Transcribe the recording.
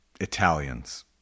Italians